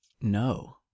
No